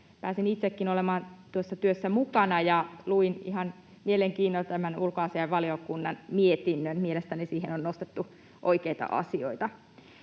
Pääsin itsekin olemaan tuossa työssä mukana ja luin ihan mielenkiinnolla tämän ulkoasiainvaliokunnan mietinnön. Mielestäni siihen on nostettu oikeita asioita.